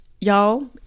y'all